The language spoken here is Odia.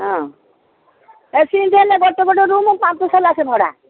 ହଁ ଏ ସେମିତି ହେଲେ ଗୋଟେ ଗୋଟେ ରୁମ୍ ପାଞ୍ଚଶହ ଲେଖାଏଁ ଭଡ଼ା